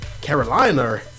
Carolina